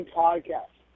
podcast